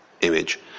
image